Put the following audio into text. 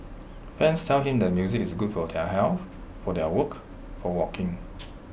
fans tell him the music is good for their health for their work for walking